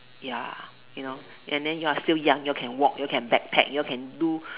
ya you know and then you are still young you all can walk you all can backpack you all can do